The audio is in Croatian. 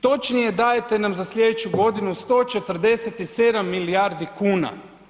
Točnije, dajete nam za sljedeću godinu 147 milijardi kuna.